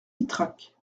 ytrac